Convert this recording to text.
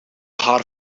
haar